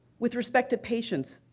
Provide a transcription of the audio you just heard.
with respect to patients,